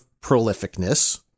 prolificness